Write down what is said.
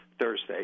Thursday